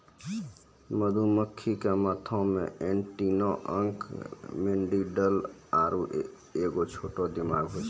मधुमक्खी के माथा मे एंटीना अंक मैंडीबल आरु एगो छोटा दिमाग होय छै